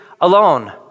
alone